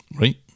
Right